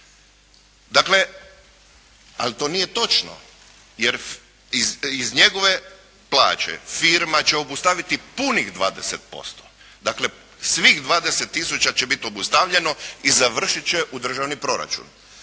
Dakle, ali to nije točno, jer iz njegove plaće firma će obustaviti punih 20%, dakle svih 20 tisuća će biti obustavljeno i završit će u državni proračun,